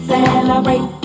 Celebrate